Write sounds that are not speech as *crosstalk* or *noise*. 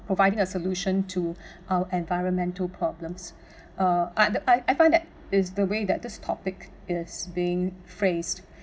providing a solution to *breath* our environmental problems uh I I I find that is the way that this topic is being phrased